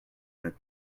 d’un